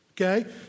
okay